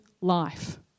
life